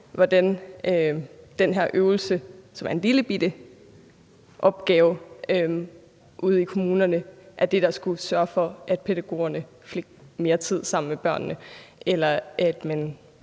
hvordan den her øvelse, som er en lillebitte opgave ude i kommunerne, er det, der skulle sørge for, at pædagogerne fik mere tid sammen med børnene, eller at man